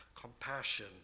compassion